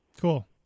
Cool